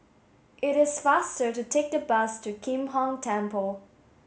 it is faster to take the bus to Kim Hong Temple